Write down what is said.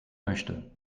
möchte